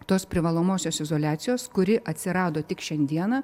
tos privalomosios izoliacijos kuri atsirado tik šiandieną